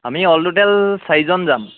আমি all total চাৰিজন যাম